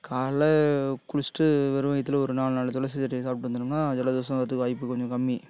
காலைல குளிச்சிவிட்டு வெறும் வயித்தில் ஒரு நாலு நாலு துளசி செடியை சாப்பிட்டு வந்தோம்னா ஜலதோஷம் வரதுக்கு வாய்ப்பு கொஞ்சம் கம்மி